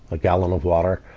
a gallon of water,